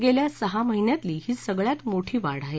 गेल्या सहा महिन्यातली ही सगळ्यात मोठी वाढ आहे